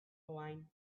wine